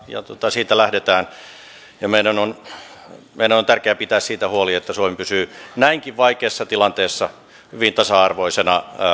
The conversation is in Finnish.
siitä lähdetään meidän on tärkeää pitää siitä huoli että suomi pysyy näinkin vaikeassa tilanteessa hyvin tasa arvoisena